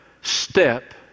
step